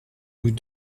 nous